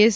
S